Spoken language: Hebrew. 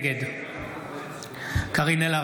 התשפ"ג 2023,